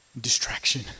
distraction